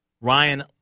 Ryan